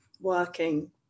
working